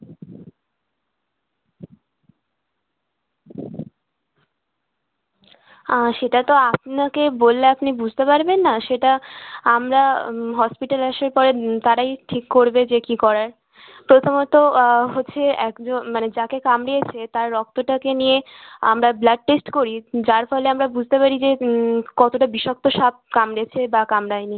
সেটা তো আপনাকে বললে আপনি বুঝতে পারবেন না সেটা আমরা হসপিটালে আসার পরে তারাই ঠিক করবে যে কী করার প্রথমত হচ্ছে একজন মানে যাকে কামড়িয়েছে তার রক্তটাকে নিয়ে আমরা ব্লাড টেস্ট করি যার ফলে আমরা বুঝতে পারি যে কতোটা বিষাক্ত সাপ কামড়েছে বা কামড়ায় নি